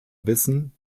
wissen